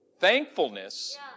thankfulness